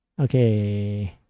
Okay